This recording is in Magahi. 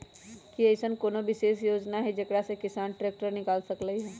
कि अईसन कोनो विशेष योजना हई जेकरा से किसान ट्रैक्टर निकाल सकलई ह?